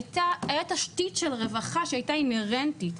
הייתה תשתית של רווחה שהייתה אינהרנטית.